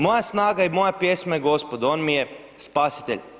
Moja snaga i moja pjesma je Gospod, on mi je spasitelj.